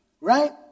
right